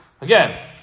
Again